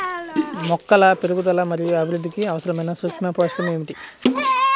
మొక్కల పెరుగుదల మరియు అభివృద్ధికి అవసరమైన సూక్ష్మ పోషకం ఏమిటి?